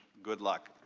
good luck.